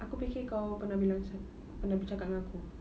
aku fikir kau pernah bilang pernah bercakap dengan aku